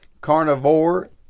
carnivore